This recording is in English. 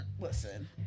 listen